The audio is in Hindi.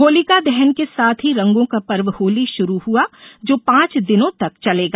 होलिका दहन के साथ ही रंगों का पर्व होली शुरू हुआ जो पांच दिनों तक चलेगा